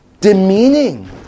demeaning